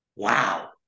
Wow